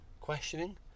questioning